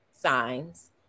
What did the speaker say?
signs